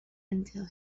until